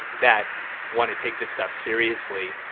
that wanna take this stuff seriously.